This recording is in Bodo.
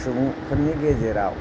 सुबुंफोरनि गेजेराव